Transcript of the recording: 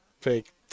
fake